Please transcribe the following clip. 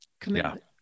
commitment